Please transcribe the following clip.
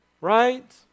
right